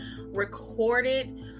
recorded